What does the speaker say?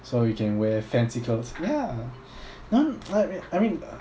so you can wear fancy clothes ya !huh! what I mean